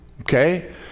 Okay